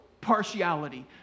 partiality